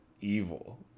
evil